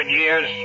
years